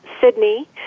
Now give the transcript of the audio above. Sydney